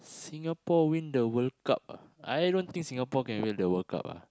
Singapore win the World-Cup ah I don't think Singapore can win the World-Cup ah